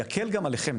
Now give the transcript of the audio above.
יקל גם עליכם,